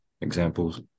examples